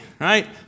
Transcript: right